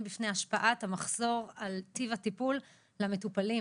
בפני השפעת המחסור על טיב הטיפול למטופלים.